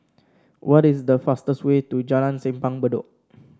what is the fastest way to Jalan Simpang Bedok